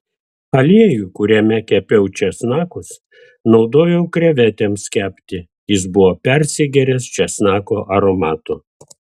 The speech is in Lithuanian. aliejų kuriame kepiau česnakus naudojau krevetėms kepti jis buvo persigėręs česnako aromato